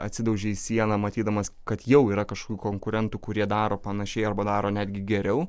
atsidauži į sieną matydamas kad jau yra kažkokių konkurentų kurie daro panašiai arba daro netgi geriau